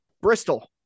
Bristol